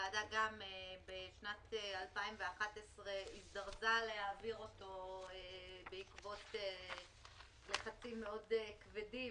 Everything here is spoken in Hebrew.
שבשנת 2011 הוועדה הזדרזה להעביר אותו בעקבות לחצים מאוד כבדים